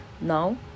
Now